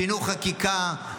שינו חקיקה,